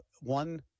one